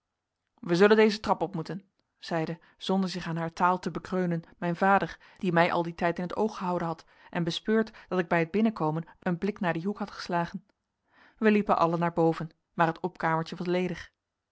wij zullen deze trap op moeten zeide zonder zich aan haar taal te bekreunen mijn vader die mij al dien tijd in t oog gehouden had en bespeurd dat ik bij t binnenkomen een blik naar dien hoek had geslagen wij liepen allen naar boven maar het opkamertje was